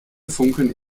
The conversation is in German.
funkeln